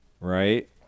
right